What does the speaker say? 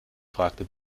fragte